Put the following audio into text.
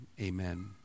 amen